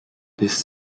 this